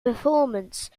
performance